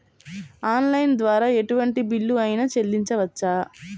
Online ద్వారా ఎటువంటి bill అయినా చెల్లించవచ్చా?